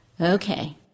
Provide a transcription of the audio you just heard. Okay